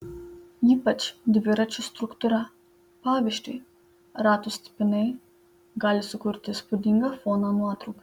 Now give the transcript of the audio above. ypač dviračių struktūra pavyzdžiui ratų stipinai gali sukurti įspūdingą foną nuotraukai